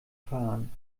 fahren